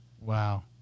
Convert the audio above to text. Wow